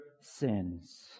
sins